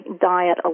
diet